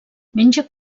menja